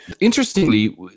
Interestingly